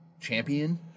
champion